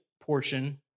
portion